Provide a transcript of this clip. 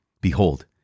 Behold